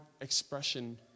expression